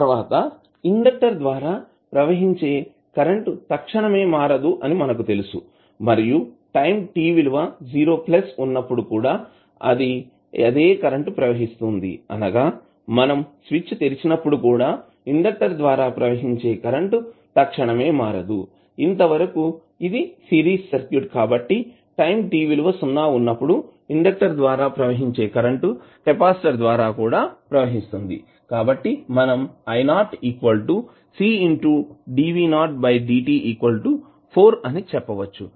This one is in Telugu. తర్వాత ఇండెక్టర్ ద్వారా ప్రవహించే కరెంట్ తక్షణమే మారదు అని మనకు తెలుసు మరియు టైం t విలువ 0 ఉన్నప్పుడు కూడా అదే కరెంటు ప్రవహిస్తుంది అనగా మనం స్విచ్ తెరిచినప్పుడు కూడా ఇండక్టర్ ద్వారా ప్రవహించే కరెంట్ తక్షణమే మారదుఇంతవరకు ఇది సిరీస్ సర్క్యూట్ కాబట్టి టైం t విలువ సున్నా వున్నప్పుడు ఇండెక్టర్ ద్వారా ప్రవహించే కరెంట్ కెపాసిటర్ ద్వారా కూడా ప్రవహిస్తుంది కాబట్టి మనం అని చెప్పవచ్చు